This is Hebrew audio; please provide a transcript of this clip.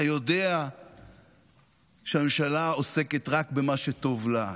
אתה יודע שהממשלה עוסקת רק במה שטוב לה,